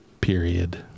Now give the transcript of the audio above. period